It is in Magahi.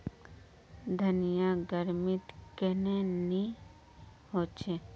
धनिया गर्मित कन्हे ने होचे?